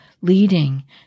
leading